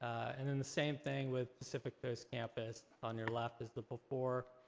and and the same thing with pacific coast campus. on your left is the before,